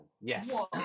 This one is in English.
Yes